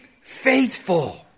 faithful